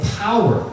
power